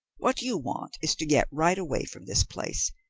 what you want is to get right away from this place.